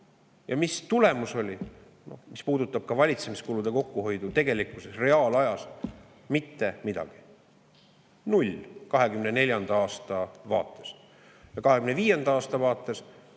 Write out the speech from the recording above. Ja mis tulemus oli, mis puudutab ka valitsemiskulude kokkuhoidu tegelikkuses, reaalajas? Mitte midagi, null 2024. aasta vaates. 2025. aasta vaates